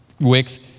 wicks